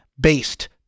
based